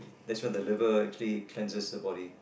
that's when the liver actually cleanses the body